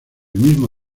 mismo